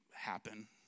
happen